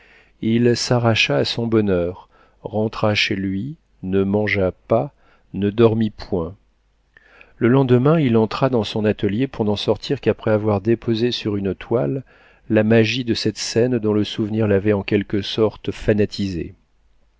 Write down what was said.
il s'arracha à son bonheur rentra chez lui ne mangea pas ne dormit point le lendemain il entra dans son atelier pour n'en sortir qu'après avoir déposé sur une toile la magie de cette scène dont le souvenir l'avait en quelque sorte fanatisé